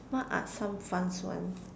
what are some fun ones